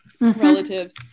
relatives